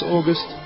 August